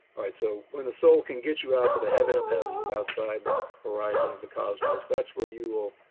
alright so when the soul can get you out to the heaven of heavens, outside the horizon of the cosmos, that's where you will,